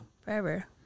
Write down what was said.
forever